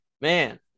man